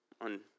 on